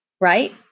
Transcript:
right